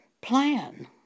plan